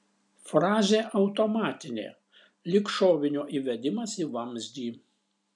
frazė automatinė lyg šovinio įvedimas į vamzdį